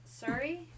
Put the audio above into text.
Sorry